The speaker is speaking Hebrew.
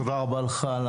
תודה רבה לך על